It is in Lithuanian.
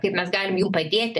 kaip mes galim padėti